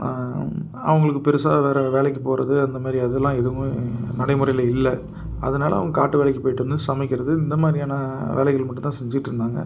அவங்களுக்கு பெருசாக வேறு வேலைக்கு போகறது அந்த மாதிரி அதெலாம் எதுவுமே நடைமுறையில் இல்லை அதனால அவங்க காட்டு வேலைக்கு போயிவிட்டு வந்து சமைக்கிறது இந்த மாதிரியான வேலைகள் மட்டும்தான் செஞ்சிட்டு இருந்தாங்க